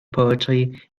poetry